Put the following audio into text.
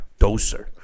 doser